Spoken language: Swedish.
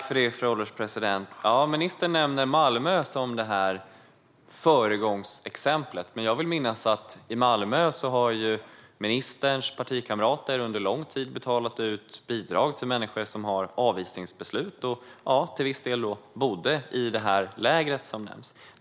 Fru ålderspresident! Ministern nämner Malmö som ett föregångsexempel. Men jag vill minnas att i Malmö har ministerns partikamrater under lång tid betalat ut bidrag till människor som har avvisningsbeslut, varav vissa bodde i lägret som nämnts.